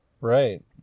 Right